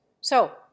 So